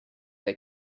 they